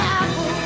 apple